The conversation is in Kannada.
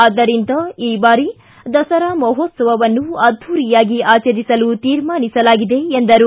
ಆದ್ದರಿಂದ ಈ ಬಾರಿ ದಸರಾ ಮಹೋತ್ಸವವನ್ನು ಅದ್ದೂರಿಯಾಗಿ ಆಚರಿಸಲು ತೀರ್ಮಾನಿಸಲಾಗಿದೆ ಎಂದರು